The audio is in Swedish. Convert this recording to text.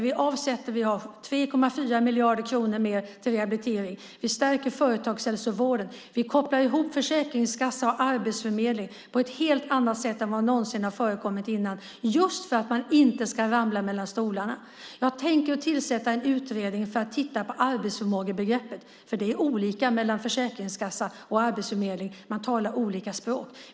Vi har 3,4 miljarder kronor mer till rehabilitering. Vi stärker företagshälsovården. Vi kopplar ihop försäkringskassa och arbetsförmedling på ett sätt som aldrig någonsin har förekommit tidigare just för att man inte ska falla mellan stolarna. Jag tänker tillsätta en utredning som ska titta på arbetsförmågebegreppet, för det är olika på försäkringskassa och arbetsförmedling; man talar olika språk.